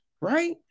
right